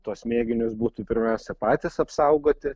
tuos mėginius būtų pirmiausia patys apsaugoti